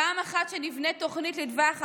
פעם אחת שנבנה תוכנית לטווח ארוך,